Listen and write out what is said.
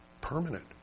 Permanent